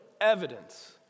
evidence